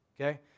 okay